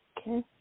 Okay